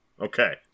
Okay